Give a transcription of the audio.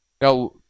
Now